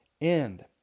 end